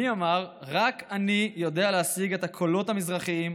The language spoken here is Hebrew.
מי אמר: רק אני יודע להשיג את הקולות המזרחיים,